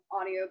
audio